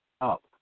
up